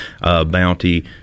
Bounty